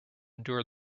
endure